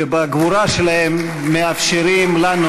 שבגבורה שלהם, (מחיאות כפיים) מאפשרים לנו